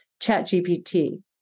ChatGPT